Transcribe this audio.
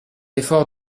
effort